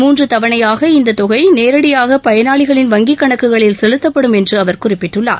மூன்று தவணையாக இந்த தொகை நேரடியாக பயனாளிகளின் வங்கி கணக்குகளில் செலுத்தப்படும் என்று அவர் குறிப்பிட்டுள்ளார்